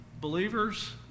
believers